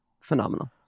phenomenal